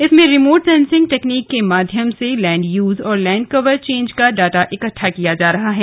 इसमें remote sensing technique के माध्यम से लैंड यूज और लैंड कवर चेंज का डाटा इकट्टा किया जा रहा है